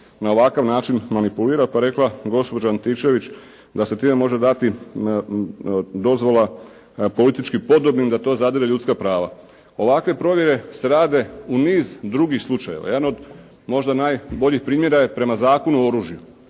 na ovakav način manipulira pa je rekla gospođa Antičević da se time može dati dozvola politički podobnim, da to zadire u ljudska prava. Ovakve provjere se rade u niz drugih slučajeva. Jedan od možda najboljih primjera je prema Zakonu o oružju.